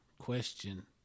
question